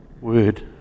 word